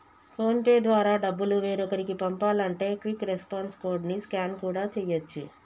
phone pay ద్వారా డబ్బులు వేరొకరికి పంపాలంటే క్విక్ రెస్పాన్స్ కోడ్ ని స్కాన్ కూడా చేయచ్చు